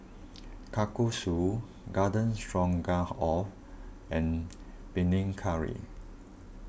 Kalguksu Garden Stroganoff and Panang Curry